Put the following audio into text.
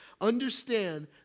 Understand